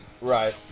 Right